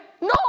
No